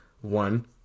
one